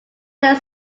ten